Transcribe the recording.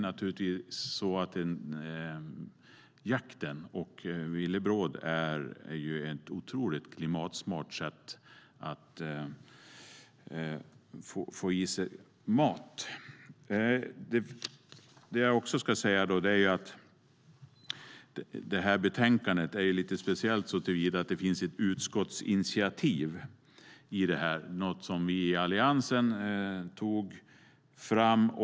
Naturligtvis är jakt och villebråd ett otroligt klimatsmart sätt att få i sig mat. Det här betänkandet är lite speciellt såtillvida att det finns ett utskottsinitiativ som vi i Alliansen tog fram.